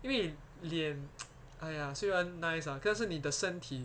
因为脸 !aiya! 虽然 nice ah 可是你的身体